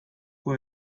who